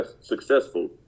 successful